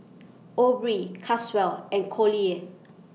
Aubree Caswell and Collier